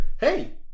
hey